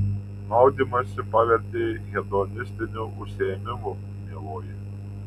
maudymąsi pavertei hedonistiniu užsiėmimu mieloji